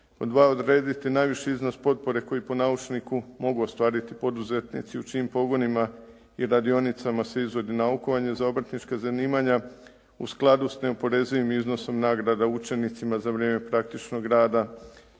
dva. Odrediti najviši iznos potpore koji po naučniku mogu ostvariti poduzetnici u čijim pogonima i radionicama se izvodi naukovanje za obrtnička zanimanja u skladu s neoporezivim iznosom nagrada učenicima za vrijeme praktičnog rada